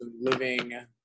living